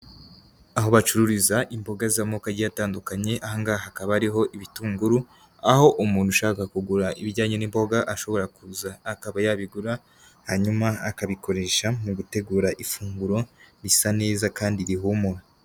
Aho bacururiza imboga z'amoko agiye atandukanye, aha ngaha hakaba hariho ibitunguru aho umuntu ushaka kugura ibijyanye n'imboga ashobora kuza akaba yabigura, hanyuma akabikoresha mu gutegura ifunguro risa neza kandi rihumura.